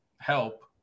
help